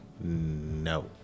No